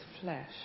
flesh